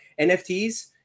NFTs